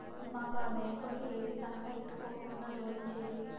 మాకు ఆ బేంకోలు ఏదీ తనఖా ఎట్టుకోకుండా లోనిచ్చేరు